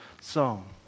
song